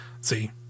see